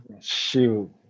Shoot